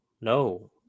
No